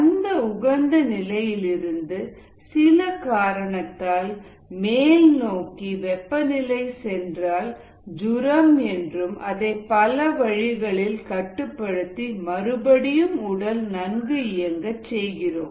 அந்த உகந்த நிலையிலிருந்து சில காரணத்தால் மேல்நோக்கி வெப்பநிலை சென்றால் ஜுரம் என்றும் அதை பல வழிகளில் கட்டுப்படுத்தி மறுபடியும் உடல் நன்கு இயங்கச் செய்கிறோம்